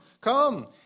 come